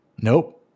Nope